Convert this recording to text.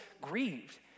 grieved